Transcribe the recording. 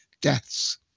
deaths